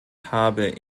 habe